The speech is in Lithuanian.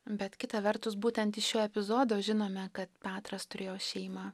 bet kita vertus būtent iš šio epizodo žinome kad petras turėjo šeimą